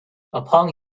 upon